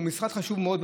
שהוא משרד חשוב מאוד,